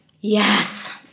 Yes